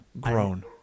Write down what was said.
grown